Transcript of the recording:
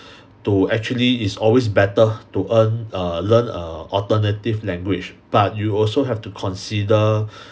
to actually it's always better to earn uh learn a alternative language but you also have to consider